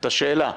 את השאלה.